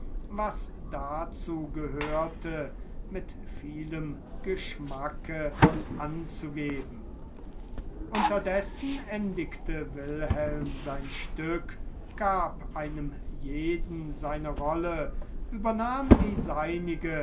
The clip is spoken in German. was dazu gehörte mit vielem geschmacke anzugeben unterdessen endigte wilhelm sein stück gab einem jeden seine rolle übernahm die seinige